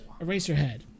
Eraserhead